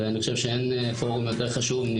ואני חושב שאין פורום יותר חשוב.